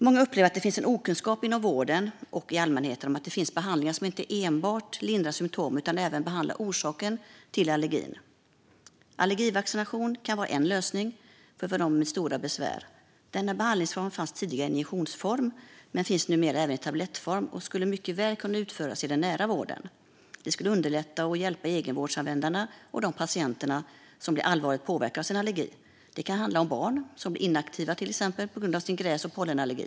Många upplever att det finns en okunskap inom vården och hos allmänheten om att det finns behandlingar som inte enbart lindrar symtom utan även behandlar orsaken till allergin. Allergivaccination kan vara en lösning för dem med svåra besvär. Denna behandling fanns tidigare i injektionsform men finns numera även i tablettform och skulle mycket väl kunna utföras i den nära vården. Detta skulle underlätta och hjälpa egenvårdsanvändarna och de patienter som blir allvarligt påverkade av sin allergi. Det kan till exempel handla om barn som blir inaktiva på grund av gräs och pollenallergi.